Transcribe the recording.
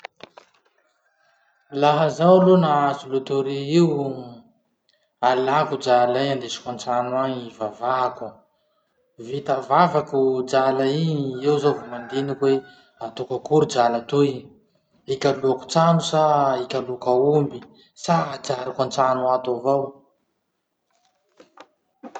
Laha zaho aloha nahazo lotory io, alako drala iny andesiko antrano any ivavahako. Vita vavako drala iny, eo zaho vo mandiniky hoe hataoko akory drala toy, ikaloako trano sa ikaloako amby, sa ajariko antrano ato avao.